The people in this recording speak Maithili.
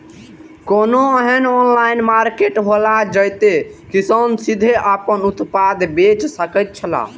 कोनो एहन ऑनलाइन मार्केट हौला जते किसान सीधे आपन उत्पाद बेच सकेत छला?